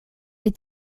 est